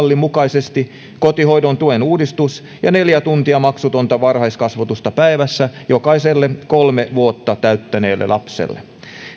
mukaisesti kotihoidon tuen uudistus ja neljä tuntia maksutonta varhaiskasvatusta päivässä jokaiselle kolme vuotta täyttäneelle lapselle